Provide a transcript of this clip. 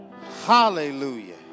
Hallelujah